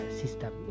system